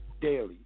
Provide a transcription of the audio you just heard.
daily